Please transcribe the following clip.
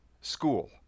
school